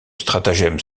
stratagème